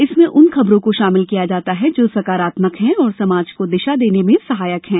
इसमें उन खबरों को शामिल किया जाता है जो सकारात्मक हैं और समाज को दिशा देने में सहायक हैं